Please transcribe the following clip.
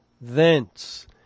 thence